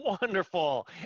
Wonderful